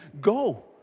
go